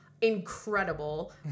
incredible